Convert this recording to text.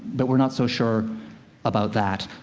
but we're not so sure about that.